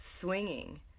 Swinging